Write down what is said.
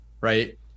right